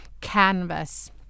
canvas